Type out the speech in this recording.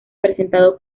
presentado